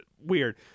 weird